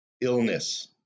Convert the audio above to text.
illness